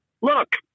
look